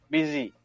Busy